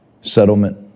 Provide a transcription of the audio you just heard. Settlement